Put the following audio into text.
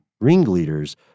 ringleaders